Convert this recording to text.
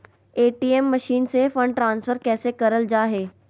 ATM machine से fund transfer कैसे करल जा है?